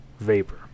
vapor